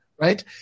Right